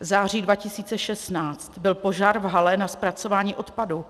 V září 2016 byl požár v hale na zpracování odpadu.